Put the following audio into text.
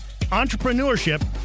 entrepreneurship